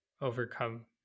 overcome